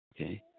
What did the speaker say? Okay